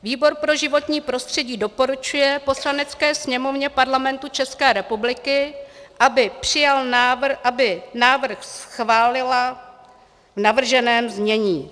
Výbor pro životní prostředí doporučuje Poslanecké sněmovně Parlamentu České republiky, aby návrh schválila v navrženém znění.